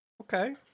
Okay